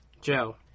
Joe